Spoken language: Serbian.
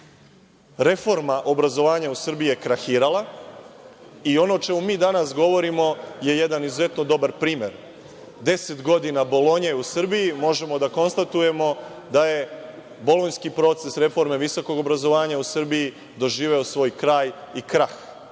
reforma obrazovanja u Srbiji je krahirala i ono o čemu mi danas govorimo je jedan izuzetno dobar primer. Deset godina je Bolonje u Srbiji, možemo da konstatujemo da je bolonjski proces reforme visokog obrazovanja u Srbiji doživeo svoj kraj i krah